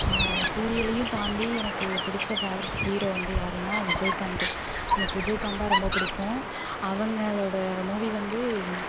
சீரியலேயும் தாண்டி எனக்கு பிடிச்ச ஃபேவரட் ஹீரோ வந்து யாருன்னா விஜய்காந்த் எனக்கு விஜய்காந்தான் ரொம்ப பிடிக்கும் அவங்களோட மூவி வந்து